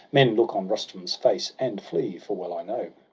men look on rustum's face and flee! for well i know,